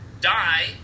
die